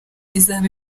izaba